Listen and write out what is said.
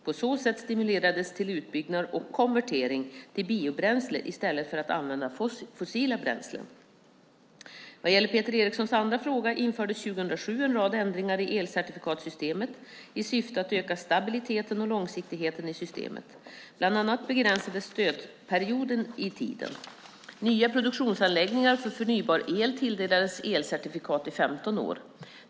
På så sätt stimulerades till utbyggnad och konvertering till biobränsle i stället för att använda fossila bränslen. Vad gäller Peter Erikssons andra fråga infördes 2007 en rad ändringar i elcertifikatssystemet i syfte att öka stabiliteten och långsiktigheten i systemet. Bland annat begränsades stödperioden i tiden. Nya produktionsanläggningar för förnybar el tilldelas elcertifikat i 15 år.